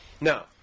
Now